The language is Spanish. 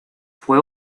fue